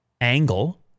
angle